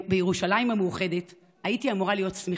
בירושלים המאוחדת, הייתי אמורה להיות שמחה.